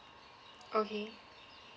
okay